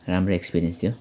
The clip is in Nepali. राम्रो एक्सपिरियन्स थियो